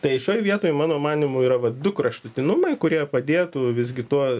tai šioj vietoj mano manymu yra va du kraštutinumai kurie padėtų visgi tuo